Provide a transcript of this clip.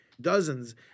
dozens